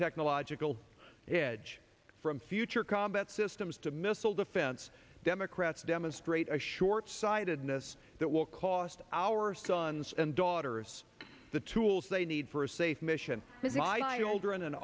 technological edge from future combat systems to missile defense democrats demonstrate a short sightedness that will cost our sons and daughters the tools they need for a safe mission